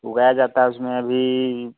उगाया जाता उसमें अभी